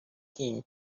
him